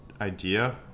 idea